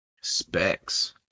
Specs